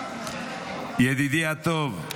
ידידי הטוב,